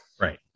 right